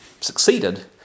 succeeded